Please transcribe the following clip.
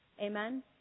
Amen